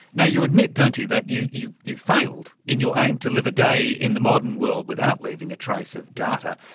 yeah you admit, don't you, that you you failed in your aim to live a day in the modern world without leaving a trace of data.